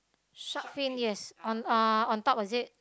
shark fin yes on uh on top is it